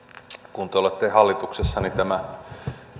kun te olette hallituksessa niin